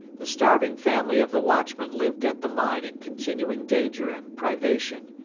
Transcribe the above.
the starving family of the watchman lived at the mine in continuing danger and privation.